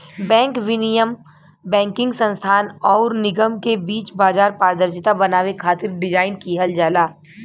bank विनियम banking संस्थान आउर निगम के बीच बाजार पारदर्शिता बनावे खातिर डिज़ाइन किहल जाला